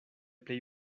plej